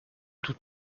tout